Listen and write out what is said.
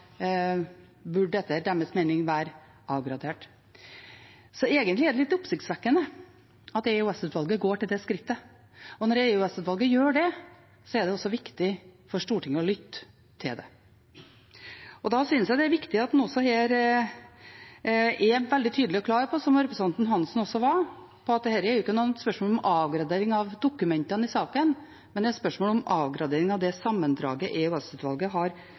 etter deres mening burde være avgradert. Egentlig er det litt oppsiktsvekkende at EOS-utvalget går til det skrittet. Når EOS-utvalget gjør det, er det også viktig for Stortinget å lytte til det. Da synes jeg det er viktig at en også her er veldig tydelig og klar – som representanten Hansen også var – på at dette ikke er et spørsmål om avgradering av dokumentene i saken, men et spørsmål om avgradering av det sammendraget EOS-utvalget har utarbeidet nettopp med sikte på det. Det finnes sikkert argumenter for og imot, og en har